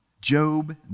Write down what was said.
Job